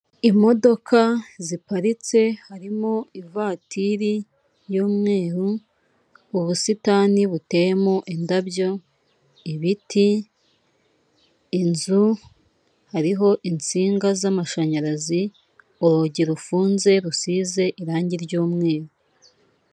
Imodoka ziparitse harimo ivatiri y'umweru, ubusitani buteyemo indabyo, ibiti, inzu hariho insinga z'amashanyarazi, urugi rufunze rusize irangi ry'umweru.